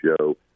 show